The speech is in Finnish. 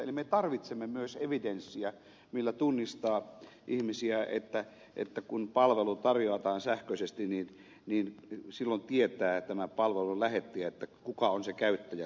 eli me tarvitsemme myös evidenssiä millä tunnistaa ihmisiä niin että kun palvelu tarjotaan sähköisesti palvelun lähettäjä tietää kuka on se käyttäjä